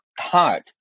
hard